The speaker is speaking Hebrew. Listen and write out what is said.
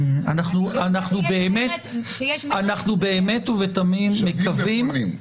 אנחנו באמת ותמים מקווים --- שבים ופונים.